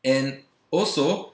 and also